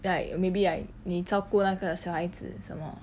like maybe like 你照顾那个小孩子什么